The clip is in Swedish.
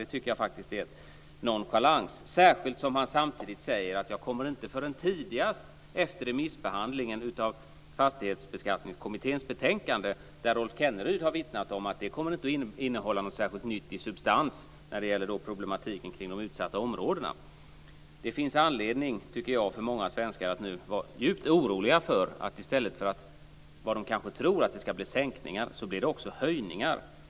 Det tycker jag faktiskt är nonchalans, särskilt då han samtidigt säger att han inte kommer att ta ställning förrän tidigast vid remissbehandlingen av fastighetsskattekommitténs betänkande, vilket Rolf Kenneryd har vittnat om inte kommer att innehålla något särskilt nytt i substans när det gäller problematiken kring de utsatta områdena. Det finns anledning, tycker jag, för många svenskar, att vara djupt oroade för att det i stället för sänkningar, som de tror att det ska bli, blir höjningar av fastighetsskatten.